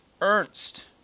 Ernst